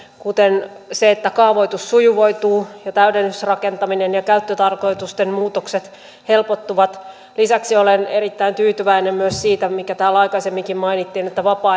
kuten se että kaavoitus sujuvoituu ja täydennysrakentaminen ja käyttötarkoitusten muutokset helpottuvat lisäksi olen erittäin tyytyväinen myös siitä mikä täällä aikaisemminkin mainittiin että vapaa